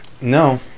no